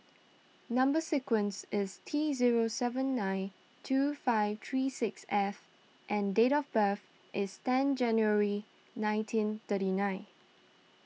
Number Sequence is T zero seven nine two five three six F and date of birth is ten January nineteen thirty nine